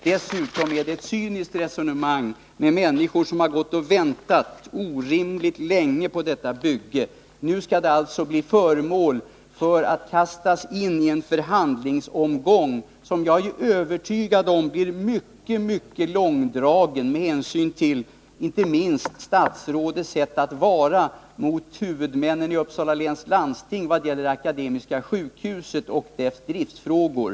Dessutom är det ett cyniskt resonemang, eftersom det gäller människor som har gått och väntat orimligt länge på detta bygge. Nu skall det hela kastas in i en förhandlingsomgång som jag är övertygad om blir mycket långdragen, inte minst med hänsyn till statsrådets sätt att uppträda mot huvudmännen i Uppsala läns landsting när det gäller Akademiska sjukhuset och dess driftfrågor.